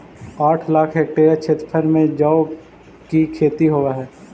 आठ लाख हेक्टेयर क्षेत्रफल में जौ की खेती होव हई